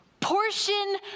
Portion